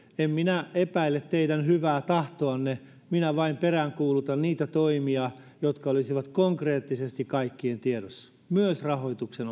en minä epäile teidän hyvää tahtoanne minä vain peräänkuulutan niitä toimia jotka olisivat konkreettisesti kaikkien tiedossa myös rahoituksen